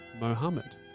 Mohammed